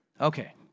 Okay